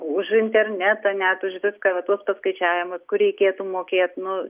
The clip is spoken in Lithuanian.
už internetą net už viską va tuos paskaičiavimus kur reikėtų mokėt nu